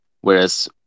Whereas